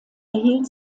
erhielt